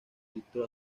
filtro